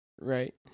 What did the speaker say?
Right